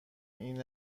این